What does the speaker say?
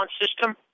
system